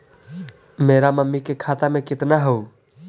मेरा मामी के खाता में कितना हूउ?